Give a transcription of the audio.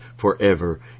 forever